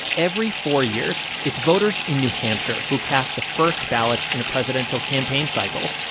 every four years, it's voters in new hampshire who cast the first ballots in a presidential campaign cycle,